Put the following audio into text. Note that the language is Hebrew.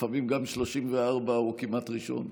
לפעמים גם 34 הוא כמעט ראשון.